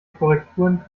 korrekturen